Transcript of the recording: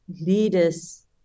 leaders